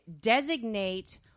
designate